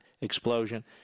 explosion